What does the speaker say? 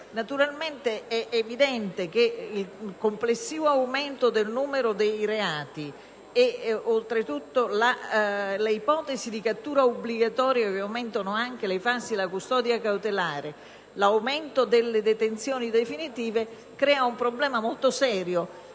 È evidente che il complessivo aumento del numero dei reati ed oltretutto l'ipotesi di cattura obbligatoria, che aumentano anche la fase della custodia cautelare e delle detenzioni definitive, creano un problema molto serio,